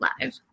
live